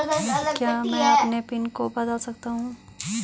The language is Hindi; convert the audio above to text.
क्या मैं अपने पिन को बदल सकता हूँ?